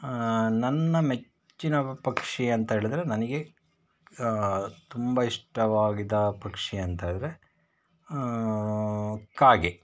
ನನ್ನ ಮೆಚ್ಚಿನ ಪಕ್ಷಿ ಅಂತೇಳಿದರೆ ನನಗೆ ತುಂಬ ಇಷ್ಟವಾಗಿದ್ದ ಪಕ್ಷಿ ಅಂತೇಳಿದರೆ ಕಾಗೆ